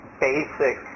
basic